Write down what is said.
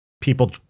people